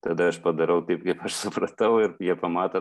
tada aš padarau taip kaip aš supratau ir jie pamato